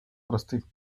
простых